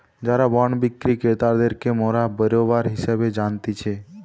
যারা বন্ড বিক্রি ক্রেতাদেরকে মোরা বেরোবার হিসেবে জানতিছে